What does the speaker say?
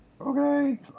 Okay